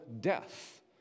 death